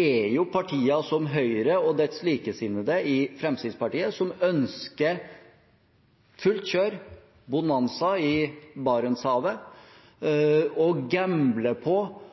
er jo partier som Høyre og deres likesinnede i Fremskrittspartiet, som ønsker fullt kjør, bonanza, i Barentshavet og gambler på